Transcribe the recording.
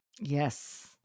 Yes